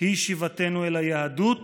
היא שיבתנו אל היהדות